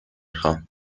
خواهم